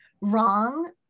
wrong